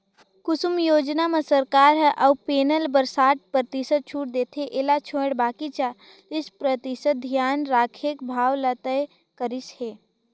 कुसुम योजना म सरकार ह सउर पेनल बर साठ परतिसत छूट देथे एला छोयड़ बाकि चालीस परतिसत ल धियान राखके भाव ल तय करिस हे